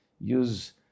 use